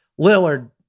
lillard